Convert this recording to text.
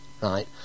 right